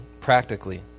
practically